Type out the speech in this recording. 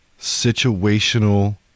situational